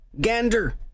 Gander